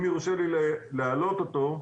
אם יורשה לי להעלות אותו.